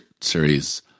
series